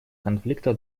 конфликта